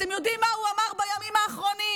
אתם יודעים מה הוא אמר בימים האחרונים?